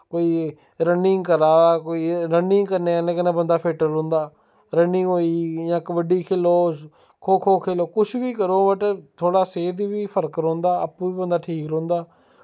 कोई रन्निंग करै रन्निंग करने कन्नै बंदा फिट्ट रौंह्दा रन्निंग होई इ'यां कब्बडी खेढो खो खो खेढो किश बी करो बट थोह्ड़ी सेह्त दा बी फर्क रौंह्दा आपूं बी बंदा ठीक रौंह्दा